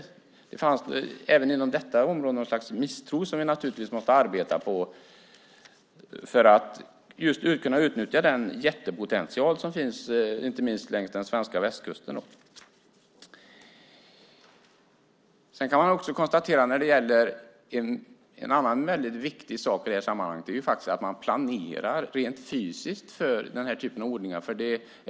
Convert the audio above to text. Även inom detta område fanns det någon sorts misstro som vi naturligtvis måste arbeta med för att kunna utnyttja den jättepotential som finns inte minst längs den svenska västkusten. Något annat väldigt viktigt i det här sammanhanget är att man planerar fysiskt för den här typen av odlingar.